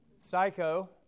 Psycho